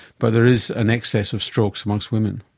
but there is an excess of strokes amongst women.